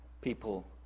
people